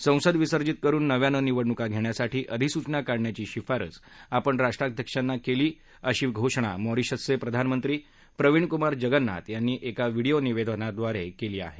संसद विसर्जित करुन नव्यानं निवडणूका घेण्यासाठी अधिसूचना काढण्याची शिफारस आपण राष्ट्रध्यक्षांना केली आहे अशी घोषणा मॅरिशसचे प्रधानमंत्री प्रवीणकुमार जगन्नाथ यांनी एका व्हिडीओ निवेदनाद्वारे केली आहे